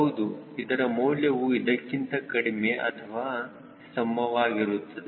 ಹೌದು ಇದರ ಮೌಲ್ಯವು ಇದಕ್ಕಿಂತ ಕಡಿಮೆ ಅಥವಾ ಸಮವಾಗಿರುತ್ತದೆ